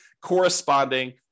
corresponding